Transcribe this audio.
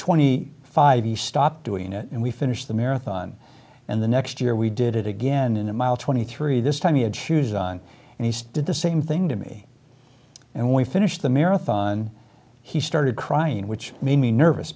twenty five you stop doing it and we finish the marathon and the next year we did it again in a mile twenty three this time he had shoes on and he did the same thing to me and we finished the marathon he started crying which made me nervous